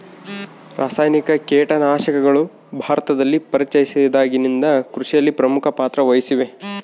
ರಾಸಾಯನಿಕ ಕೇಟನಾಶಕಗಳು ಭಾರತದಲ್ಲಿ ಪರಿಚಯಿಸಿದಾಗಿನಿಂದ ಕೃಷಿಯಲ್ಲಿ ಪ್ರಮುಖ ಪಾತ್ರ ವಹಿಸಿವೆ